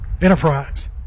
Enterprise